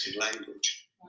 language